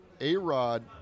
A-Rod